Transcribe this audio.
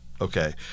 Okay